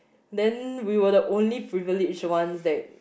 then we were the only privilege one that